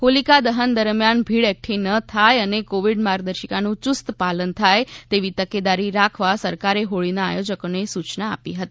હોલિકા દહન દરમ્યાન ભીડ એકઠી ન થાય અને કોવિડ માર્ગદર્શિકાનું યુસ્ત પાલન થાય તેવી તકેદારી રાખવા સરકારે હોળીના આયોજકોને સૂચના આપી હતી